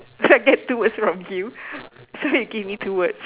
so I get two words from you so you give me two words